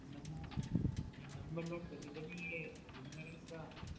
नम हाँ number note कर लीजिए ये नंबर है इसका